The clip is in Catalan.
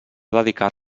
dedicar